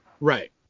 right